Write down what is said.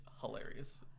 hilarious